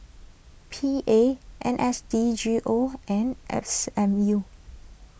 P A N S D G O and S M U